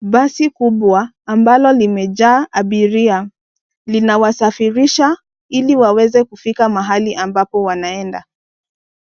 Basi kubwa ambalo limejaa abiria linawasafirisha ili waweze kufika mahali ambapo wanaenda.